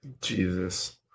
Jesus